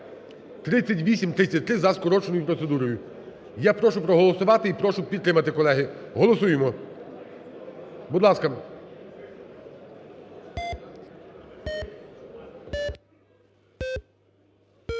3833 за скороченою процедурою. Я прошу проголосувати і прошу підтримати, колеги. Голосуємо. Будь ласка.